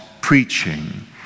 preaching